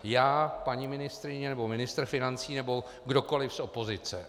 Já, paní ministryně nebo ministr financí nebo kdokoli z opozice.